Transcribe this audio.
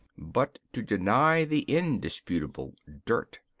but to deny the indisputable dirt.